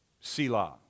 Selah